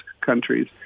countries